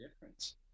difference